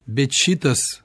bet šitas